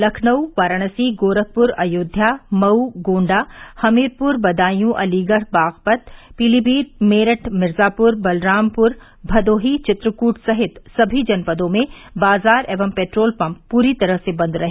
लखनऊ वाराणसी गोरखपुर अयोध्या मऊ गोण्डा हमीरपुर बदायूं अलीगढ़ बागपत पीलीमीत मेरठ मिर्जापुर बलरामपुर भदोही चित्रकूट सहित सभी जनपदों में बाजार एवं पेट्रोल पम्प पूरी तरह से बंद रहे